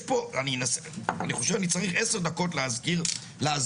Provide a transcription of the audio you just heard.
אני חושב שאני צריך עשר דקות רק בשביל להסביר,